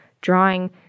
drawing